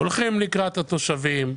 הולכים לקראת התושבים.